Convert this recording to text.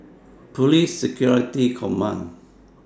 Police Security Command